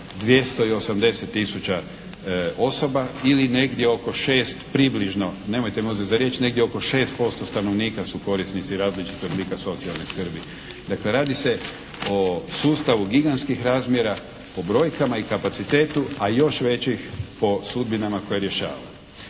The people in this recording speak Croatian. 280 tisuća osoba ili negdje oko 6, približno, nemojte me uzeti za riječ, negdje oko 6% stanovnika su korisnici različitog oblika socijalne skrbi. Dakle radi se o sustavu gigantskih razmjera po brojkama i kapacitetu, a još većih po sudbinama koje rješava.